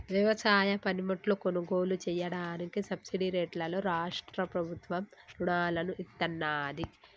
వ్యవసాయ పనిముట్లు కొనుగోలు చెయ్యడానికి సబ్సిడీ రేట్లలో రాష్ట్ర ప్రభుత్వం రుణాలను ఇత్తన్నాది